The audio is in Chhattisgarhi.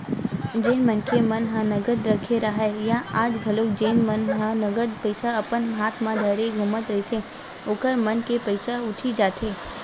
जेन मनखे मन ह नगद रखे राहय या आज घलोक जेन मन ह नगद पइसा अपन हात म धरे घूमत रहिथे ओखर मन के पइसा ह उठी जाथे